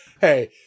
Hey